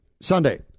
sunday